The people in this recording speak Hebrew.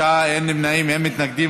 בעד, 29, אין נמנעים, אין מתנגדים.